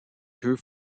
queue